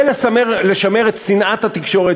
ולשמר את שנאת התקשורת,